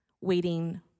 waiting